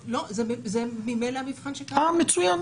זה ממילא המבחן --- מצוין.